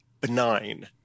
benign